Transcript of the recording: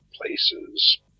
places